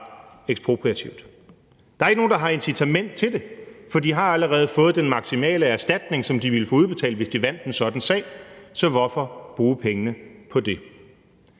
ekspropriativt. Der er ikke nogen, der har incitament til det, for de har allerede fået den maksimale erstatning, som de ville få udbetalt, hvis de vandt en sådan sag. Så hvorfor bruge pengene på det?